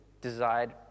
desired